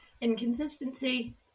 Inconsistency